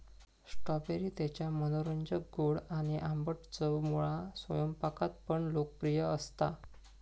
strawberry त्याच्या मनोरंजक गोड आणि आंबट चवमुळा स्वयंपाकात पण लोकप्रिय असता